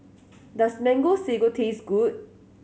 does Mango Sago taste good